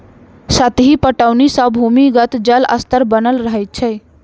सतही पटौनी सॅ भूमिगत जल स्तर बनल रहैत छै